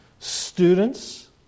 Students